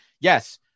yes